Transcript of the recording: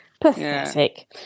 pathetic